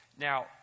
Now